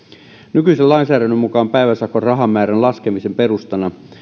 nykyisen lainsäädännön mukaan päiväsakon rahamäärän laskemisen perustana